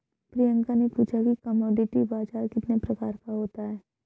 प्रियंका ने पूछा कि कमोडिटी बाजार कितने प्रकार का होता है?